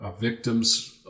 victims